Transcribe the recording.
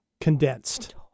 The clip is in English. condensed